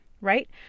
right